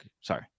Sorry